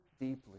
deeply